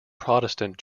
protestant